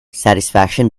satisfaction